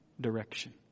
direction